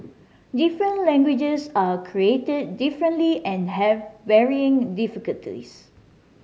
different languages are created differently and have varying difficulties